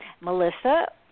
Melissa